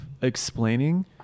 explaining